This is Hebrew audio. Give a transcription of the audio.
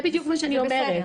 זה בדיוק מה שאני אומרת.